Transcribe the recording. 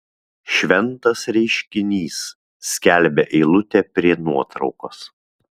šventas reiškinys skelbia eilutė prie nuotraukos